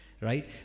right